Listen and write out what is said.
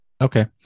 Okay